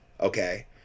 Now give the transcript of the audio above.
okay